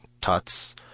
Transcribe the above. Tuts